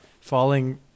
falling